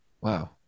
wow